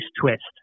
twist